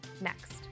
next